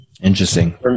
Interesting